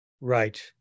Right